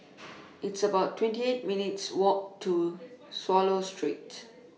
It's about twenty eight minutes' Walk to Swallow Street